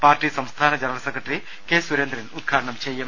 party സംസ്ഥാന general secretary K Surendran ഉദ്ഘാടനം ചെയ്യും